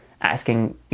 asking